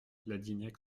ladignac